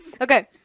Okay